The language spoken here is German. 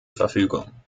verfügung